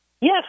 Yes